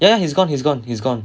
ya he's gone he's gone he's gone